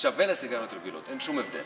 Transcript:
זה שווה לסיגריות רגילות, אין שום הבדל.